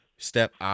Step